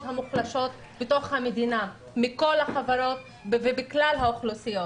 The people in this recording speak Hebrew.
המוחלשות בתוך המדינה מכל החברות ובכלל האוכלוסיות.